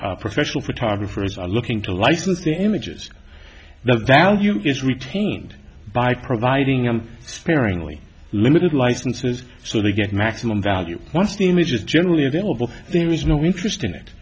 where professional photographers are looking to license the images the value is retained by providing them sparingly limited licenses so they get maximum value once the image is generally available there is no interest in it